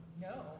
No